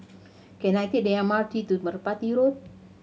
can I take the M R T to Merpati Road